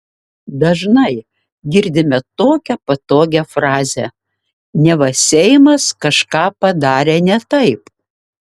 dažnai girdime tokią patogią frazę neva seimas kažką padarė ne taip